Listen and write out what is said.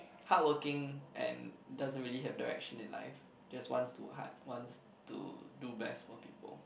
hardworking and doesn't really have direction in life just wants to work hard wants to do best for people